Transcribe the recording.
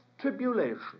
tribulation